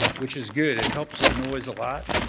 which is good, it helps the noise a lot.